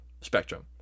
spectrum